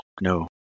No